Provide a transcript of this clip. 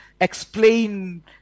explain